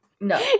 no